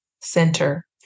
center